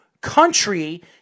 country